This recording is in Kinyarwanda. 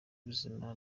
ubuzima